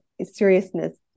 seriousness